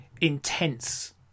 intense